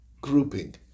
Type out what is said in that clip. grouping